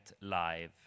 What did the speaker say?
Live